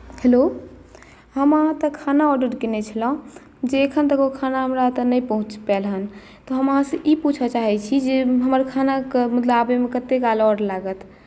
hello हम अहाँ ओतय खाना आर्डर कयने छलहुँ जे अखन तक ओ खाना हमरा ओतय नहि पहुँचि पएल हेँ तऽ हम अहाँसँ ई पूछय चाहैत छी जे हमर खानाके मतलब आबयमे कतेक काल आओर लागत